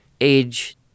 age